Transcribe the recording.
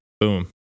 boom